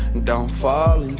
don't fall and